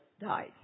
died